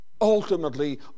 Ultimately